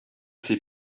c’est